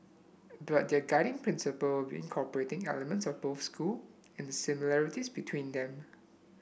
but their guiding principle will incorporating elements of both school and the similarities between them